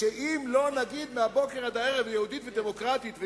שאם לא נגיד מהבוקר עד הערב "יהודית ודמוקרטית",